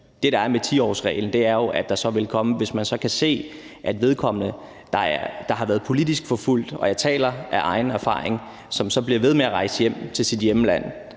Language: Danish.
Det, der er med 10-årsreglen, er, at der vil komme noget, hvis vi så kan se, at vedkommende, der har været politisk forfulgt – og jeg taler af egen erfaring – så bliver ved med at rejse hjem til sit hjemland.